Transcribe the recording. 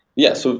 yes. so